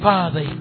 Father